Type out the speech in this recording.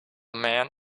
man